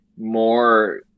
more